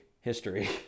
history